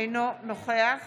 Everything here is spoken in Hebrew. אינו נוכח